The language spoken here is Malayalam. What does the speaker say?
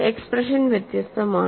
എക്സ്പ്രഷൻ വ്യത്യസ്തമാണ്